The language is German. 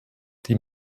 die